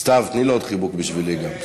סתיו, תני לו עוד חיבוק, בשבילי גם.